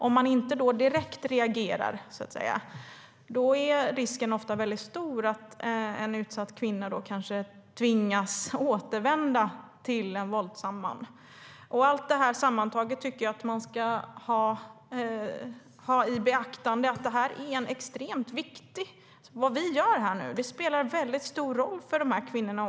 Om samhället då inte reagerar direkt är risken ofta väldigt stor att en utsatt kvinna tvingas återvända till en våldsam man. Allt detta sammantaget måste vi ta i beaktande. Vad vi gör här och nu är extremt viktigt och spelar en väldigt stor roll för dessa kvinnor.